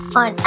on